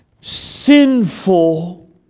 sinful